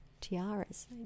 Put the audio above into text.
tiaras